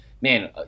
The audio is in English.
man